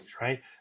Right